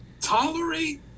tolerate